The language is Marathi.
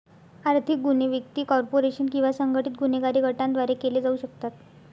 आर्थिक गुन्हे व्यक्ती, कॉर्पोरेशन किंवा संघटित गुन्हेगारी गटांद्वारे केले जाऊ शकतात